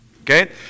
Okay